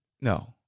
no